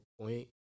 point